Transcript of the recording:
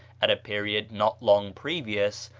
at a period not long previous,